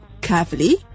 carefully